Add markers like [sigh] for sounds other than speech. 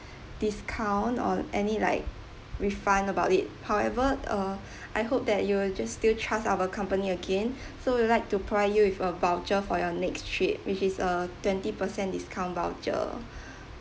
discount or any like refund about it however uh [breath] I hope that you will just still trust our company again [breath] so we'd like to provide with a voucher for your next trip which is a twenty per cent discount voucher [breath]